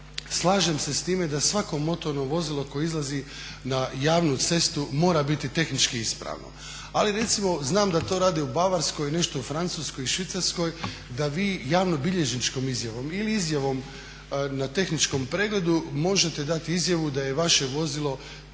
Slažem se s time da svako motorno vozilo koje izlazi na javnu cestu mora biti tehnički ispravno, ali recimo znam da to rade u Bavarskoj, nešto u Francuskoj i Švicarskoj, da vi javnobilježničkom izjavom ili izjavom na tehničkom pregledu možete dati izjavu da je vaše vozilo